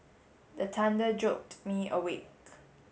the thunder jolt me awake